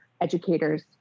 educators